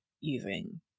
using